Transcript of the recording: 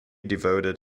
devoted